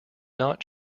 not